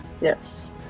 Yes